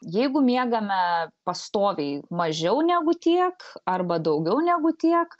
jeigu miegame pastoviai mažiau negu tiek arba daugiau negu tiek